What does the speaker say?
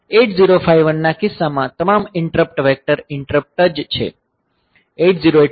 8051 ના કિસ્સામાં તમામ ઈંટરપ્ટ વેક્ટર ઈંટરપ્ટ જ છે